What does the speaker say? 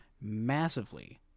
massively